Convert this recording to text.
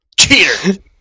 Cheater